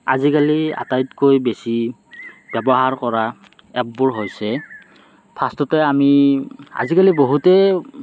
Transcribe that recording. আজিকালি আটাইতকৈ বেছি ব্যৱহাৰ কৰা এপবোৰ হৈছে ফাৰ্ষ্টতে আমি আজিকালি বহুতেই